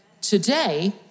Today